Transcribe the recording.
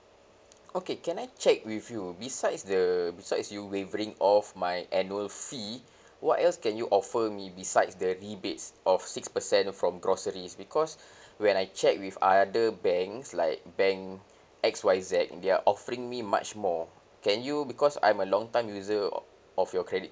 okay can I check with you besides the besides you waivering off my annual fee what else can you offer me besides the rebates of six percent from groceries because when I check with other banks like bank X Y Z they're offering me much more can you because I'm a long time user of your credit